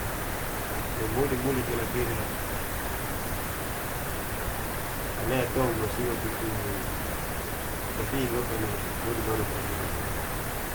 Me modo muli teloka ira ale to mu masingat tutuu. Gafin loka nai modi manuk namuli loka.